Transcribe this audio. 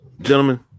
gentlemen